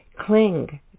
cling